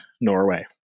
Norway